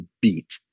beat